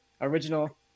original